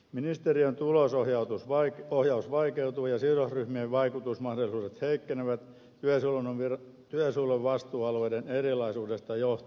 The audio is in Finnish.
ministeriön tulosohjaus vaikeutuu ja sidosryhmien vaikutusmahdollisuudet heikkenevät työsuojelun vastuualueiden erilaisuudesta johtuen